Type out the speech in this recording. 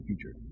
future